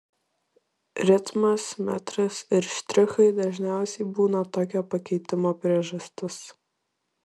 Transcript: ritmas metras ir štrichai dažniausiai būna tokio pakeitimo priežastis